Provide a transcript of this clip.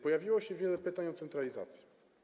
Pojawiło się wiele pytań o centralizację.